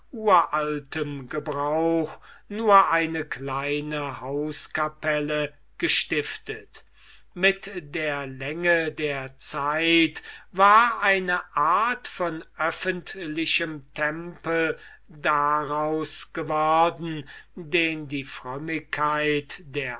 uraltem gebrauch nur eine kleine hauskapelle gestiftet mit der länge der zeit war eine art von öffentlichem tempel daraus geworden den die frömmigkeit der